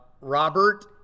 Robert